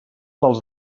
dels